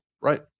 Right